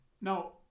Now